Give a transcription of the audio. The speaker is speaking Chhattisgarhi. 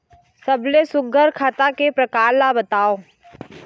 सबले सुघ्घर खाता के प्रकार ला बताव?